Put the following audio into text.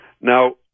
Now